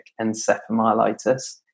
encephalitis